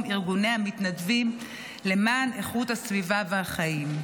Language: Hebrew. ארגוני המתנדבים למען איכות הסביבה והחיים.